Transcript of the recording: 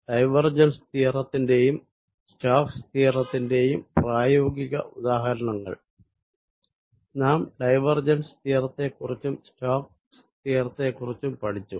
divergence തിയറത്തിന്റെയും Stokes തിയറത്തിന്റെയും പ്രായോഗിക ഉദാഹരണങ്ങൾ നാം ഡൈവർജൻസ് തിയറത്തെക്കുറിച്ചും സ്റ്റോക്സ് തിയറത്തെക്കുറിച്ചും പഠിച്ചു